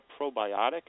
probiotic